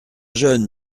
jeune